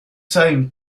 time